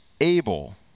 able